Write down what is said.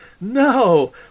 No